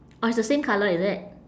oh it's the same colour is it